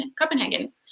Copenhagen